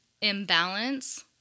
imbalance